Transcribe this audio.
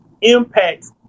impacts